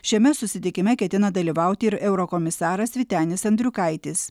šiame susitikime ketina dalyvauti ir eurokomisaras vytenis andriukaitis